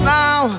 now